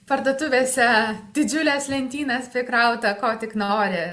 parduotuvėse didžiules lentynas prikrauta ko tik nori